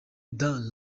dans